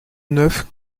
neuf